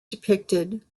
depicted